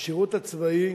השירות הצבאי